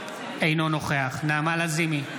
אינו נוכח נעמה לזימי,